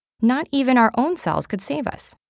not even our own cells could save us.